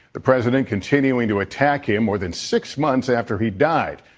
the president continuing to attack him more than six months after he died.